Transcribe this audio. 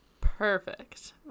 Perfect